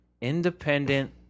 Independent